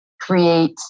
create